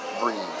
Breathe